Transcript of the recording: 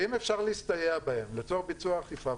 ואם אפשר להסתייע בהם לצורך ביצוע האכיפה,